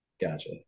Gotcha